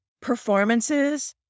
Performances